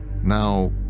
Now